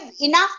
enough